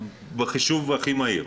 בחישוב הכי מהיר,